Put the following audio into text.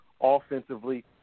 offensively